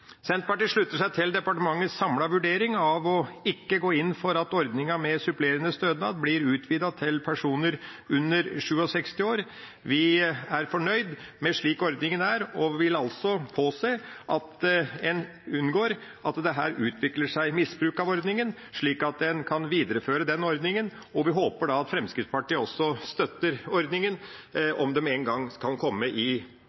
Senterpartiet slutter seg til departementets samlede vurdering av ikke å gå inn for at ordninga med supplerende stønad blir utvidet til personer under 67 år. Vi er fornøyd med ordninga slik den er og vil altså påse at en unngår at det utvikler seg misbruk av ordninga – slik at den kan videreføres. Vi håper at Fremskrittspartiet også støtter ordninga om de en gang skal komme i